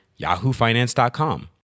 yahoofinance.com